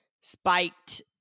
spiked